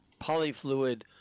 polyfluid